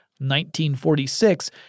1946